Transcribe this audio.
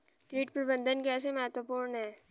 कीट प्रबंधन कैसे महत्वपूर्ण है?